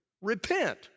Repent